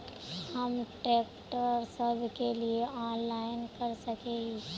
हम ट्रैक्टर सब के लिए ऑनलाइन कर सके हिये?